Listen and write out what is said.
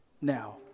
now